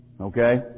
Okay